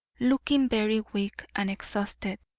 looking very weak and exhausted,